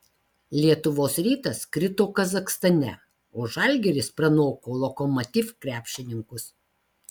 lietuvos rytas krito kazachstane o žalgiris pranoko lokomotiv krepšininkus